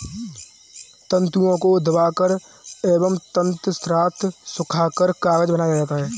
तन्तुओं को दबाकर एवं तत्पश्चात सुखाकर कागज बनाया जाता है